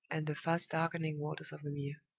and the fast-darkening waters of the mere.